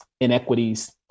inequities